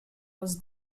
was